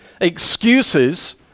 excuses